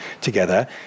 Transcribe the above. together